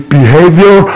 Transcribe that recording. behavior